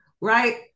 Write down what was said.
right